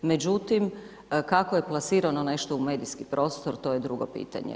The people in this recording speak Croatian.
Međutim, kako je plasirano nešto u medijski prostor to je drugo pitanje.